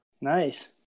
Nice